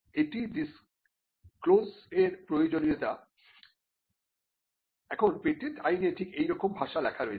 এটি ডিসক্লোজের প্রয়োজনীয়তা এখন পেটেন্ট আইনে ঠিক এই রকম ভাষা লেখা রয়েছে